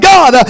God